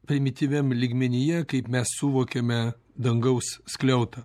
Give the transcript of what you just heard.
primityviam lygmenyje kaip mes suvokiame dangaus skliautą